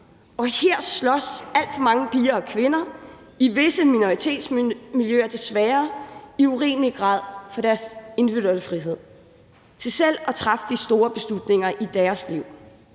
Her slås alt for mange piger og kvinder i visse minoritetsmiljøer desværre i urimelig grad for deres individuelle frihed til selv at træffe de store beslutninger i deres liv.